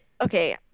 Okay